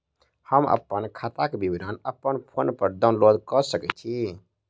हम अप्पन खाताक विवरण अप्पन फोन पर डाउनलोड कऽ सकैत छी?